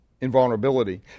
invulnerability